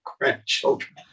grandchildren